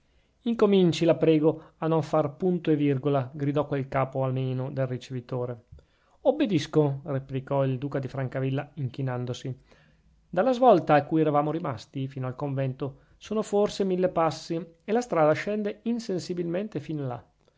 incominci la prego a non far punto e virgola gridò quel capo ameno del ricevitore obbedisco replicò il duca di francavilla inchinandosi dalla svolta a cui eravamo rimasti fino al convento sono forse mille passi e la strada scende insensibilmente fin là